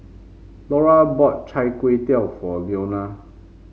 Lura bought Chai Tow Kway for Leona